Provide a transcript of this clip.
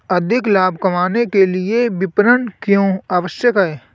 अधिक लाभ कमाने के लिए विपणन क्यो आवश्यक है?